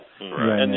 Right